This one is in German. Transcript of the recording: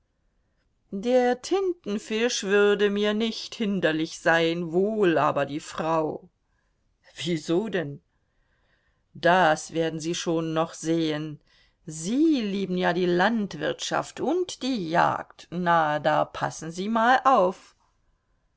der tintenfisch würde mir nicht hinderlich sein wohl aber die frau wieso denn das werden sie schon noch sehen sie lieben ja die landwirtschaft und die jagd na da passen sie mal auf